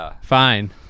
fine